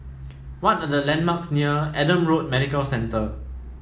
what are the landmarks near Adam Road Medical Centre